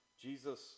Jesus